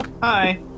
Hi